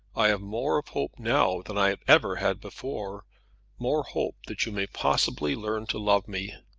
i have more of hope now than i have ever had before more hope that you may possibly learn to love me.